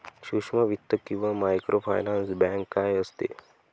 सूक्ष्म वित्त किंवा मायक्रोफायनान्स बँक काय असते?